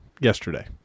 yesterday